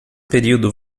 período